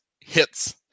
hits